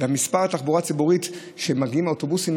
מספר המגיעים באוטובוסים,